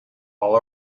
all